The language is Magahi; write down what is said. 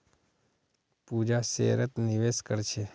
पूजा शेयरत निवेश कर छे